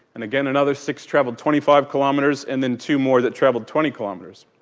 and again another six travelled twenty five kilometres and then two more that travelled twenty kilometres.